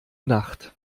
nacht